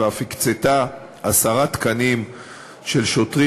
היא אף הקצתה ארבעה תקנים של שוטרים